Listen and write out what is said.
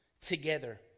together